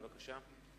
בבקשה.